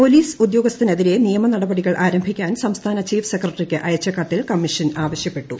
police ഉദ്യോഗസ്ഥനെത്തിരെ നിയമ നടപടികൾ ആരംഭിക്കാൻ സംസ്ഥാന ചീഫ് സെക്രുട്ടവിക്ക് അയച്ച കത്തിൽ കമ്മീഷൻ ആവശ്യപ്പെട്ടു